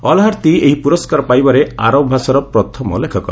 Alharthi ଏହି ପୁରସ୍କାର ପାଇବାରେ ଆରବ ଭାଷାର ପ୍ରଥମ ଲେଖକ